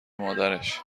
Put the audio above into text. مادرش